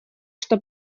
что